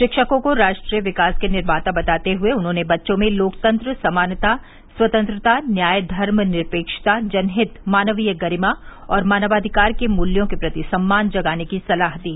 शिक्षकों को राष्ट्रीय विकास के निर्माता बताते हए उन्होंने बच्चों में लोकतंत्र समानता स्वतंत्रता न्याय धर्मनिरपेक्षता जनहित मानवीय गरिमा और मानवाधिकार के मूल्यों के प्रति सम्मान जगाने की सलाह दी